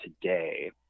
today